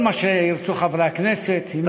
כל מה שירצו חברי הכנסת.